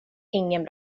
ingen